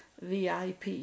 VIP